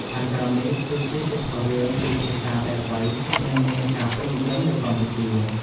ខាងក្រោមនេះគឺជាសៀវភៅរឿងពីរភាសាដែលល្បី និងមានការពេញនិយមនៅកម្ពុជា